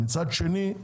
מצד שני,